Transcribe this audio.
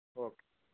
okay